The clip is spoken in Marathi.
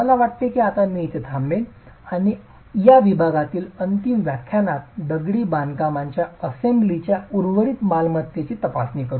मला वाटते की मी येथे थांबेन आणि आम्ही या विभागातील अंतिम व्याख्यानात दगडी बांधकाम असेंब्लीच्या उर्वरित मालमत्तेची तपासणी करू